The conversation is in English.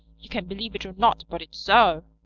you can believe it or not, but it's so.